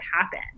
happen